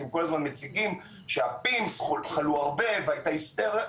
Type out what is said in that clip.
כי הם כל הזמן מציגים שחלו הרבה ב-PIMS והייתה היסטריה,